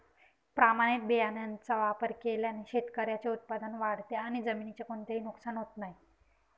प्रमाणित बियाण्यांचा वापर केल्याने शेतकऱ्याचे उत्पादन वाढते आणि जमिनीचे कोणतेही नुकसान होत नाही